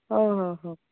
ହଉ ହଉ ହଉ